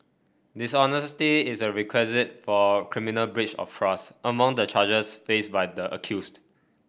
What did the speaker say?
dishonesty is a requisite for criminal breach of trust among the charges faced by the accused